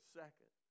second